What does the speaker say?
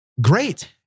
great